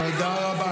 מה אתם רוצים,